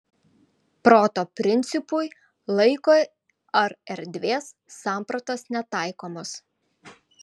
proto principui laiko ar erdvės sampratos netaikomos